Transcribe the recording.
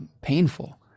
painful